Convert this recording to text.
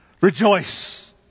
Rejoice